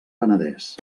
penedès